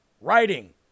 writing